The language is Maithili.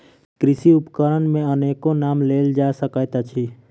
कृषि उपकरण मे अनेको नाम लेल जा सकैत अछि